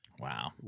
Wow